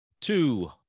two